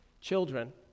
Children